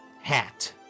HAT